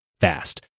fast